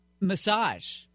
massage